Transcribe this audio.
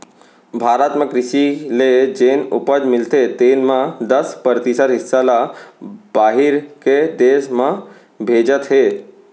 भारत म कृसि ले जेन उपज मिलथे तेन म दस परतिसत हिस्सा ल बाहिर के देस में भेजत हें